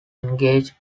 engaged